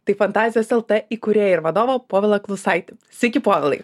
tai fantazijos lt įkūrėją ir vadovą povilą klusaitį sveiki povilai